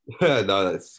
No